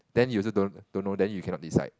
then you also don't don't know then you cannot decide